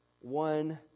one